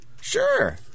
Sure